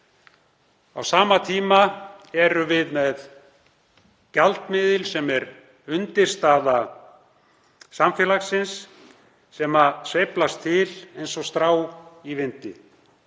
Á sama tíma erum við með gjaldmiðil sem er undirstaða samfélagsins og sveiflast til eins og strá í vindi.